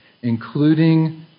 including